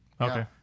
Okay